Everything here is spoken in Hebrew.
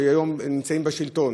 כשהם נמצאים בשלטון: